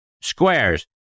Squares